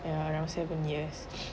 ya around seven years